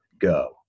go